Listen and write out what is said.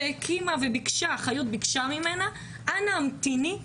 חיות ביקשה ממנה: אנא המתיני,